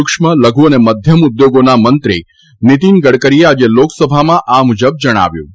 સુક્ષ્મ લઘુ અને મધ્યમ ઉદ્યોગોના મંત્રી નીતિન ગડકરીએ આજે લોકસભામાં આ મુજબ જણાવ્યું હતું